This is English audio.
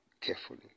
carefully